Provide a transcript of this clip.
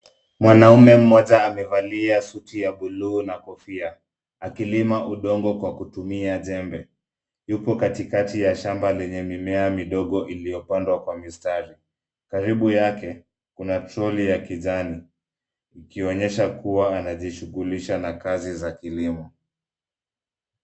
Mwanaume mmoja amevalia suti ya bluu na kofia; akilima udongo kwa kutumia jembe. Yupo katikati ya shamba lenye mimea midogo iliyopandwa kwa mistari. Karibu yake kuwa toroli ya kijani ikionyesha kuwa anajishughulisha na kazi za kilimo.